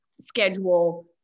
schedule